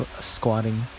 squatting